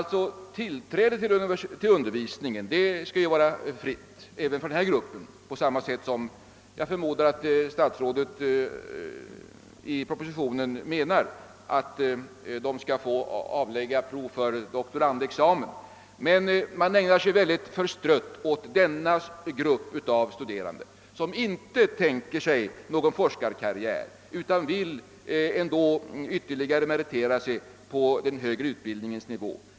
Tillträdet till undervisningen skall ju vara fritt även för denna grupp, liksom jag förmodar att statsrådet med sin skrivning i propositionen menar att vederbörande skall få avlägga prov för doktorsexamen. Men man ägnar sig mycket förstrött åt denna grupp av studerande, som inte tänker sig någon forskarkarriär utan ändå vill ytterligare meritera sig på den högre utbildningens nivå.